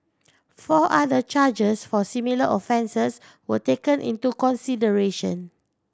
four other charges for similar offences were taken into consideration